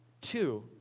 Two